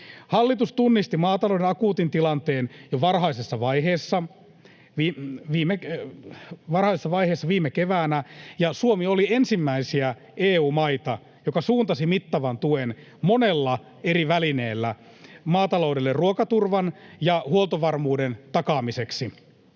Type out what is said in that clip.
Hallitus tunnisti maatalouden akuutin tilanteen jo varhaisessa vaiheessa viime keväänä, ja Suomi oli ensimmäisiä EU-maita, jotka suuntasivat mittavan tuen monella eri välineellä maataloudelle ruokaturvan ja huoltovarmuuden takaamiseksi.